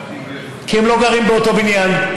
כי הם לא גרים באותו בניין,